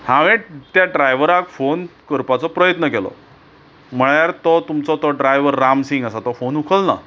हांवें त्या ड्रायवराक फोन करपाचो प्रयत्न केलो म्हळ्यार तुमचो तो ड्रायवर राम सिंह आसा तो पूण तो फोन उखलना